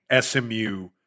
SMU